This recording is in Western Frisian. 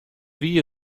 wie